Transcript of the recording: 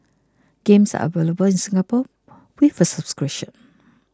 games are available in Singapore with a subscription